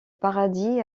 paradis